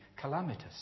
calamitous